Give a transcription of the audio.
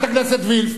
חברת הכנסת וילף.